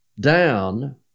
down